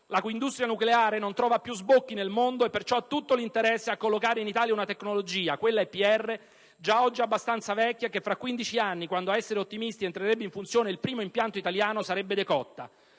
la cui industria nucleare non trova più sbocchi nel mondo e perciò ha tutto l'interesse a collocare in Italia una tecnologia - quella EPR (*European pressurized reactor*) - già oggi abbastanza vecchia e che fra quindici anni, quando a essere ottimisti entrerebbe in funzione il primo impianto italiano, sarebbe decotta.